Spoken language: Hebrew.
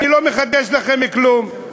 אני לא מחדש לכם כלום.